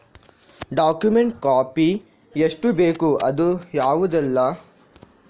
Document copy ಎಷ್ಟು ಬೇಕು ಅದು ಯಾವುದೆಲ್ಲ?